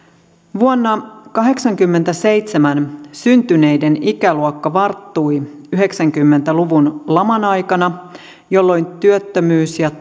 vuonna kahdeksankymmentäseitsemän syntyneiden ikäluokka varttui yhdeksänkymmentä luvun laman aikana jolloin työttömyys ja